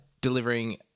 delivering